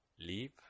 Leave